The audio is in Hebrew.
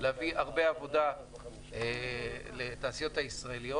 להביא הרבה עבודה לתעשיות הישראליות.